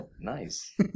Nice